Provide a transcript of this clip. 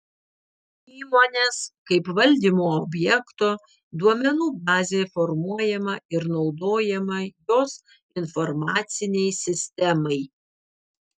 įmonės kaip valdymo objekto duomenų bazė formuojama ir naudojama jos informacinei sistemai